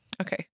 Okay